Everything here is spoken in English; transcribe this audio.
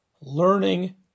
learning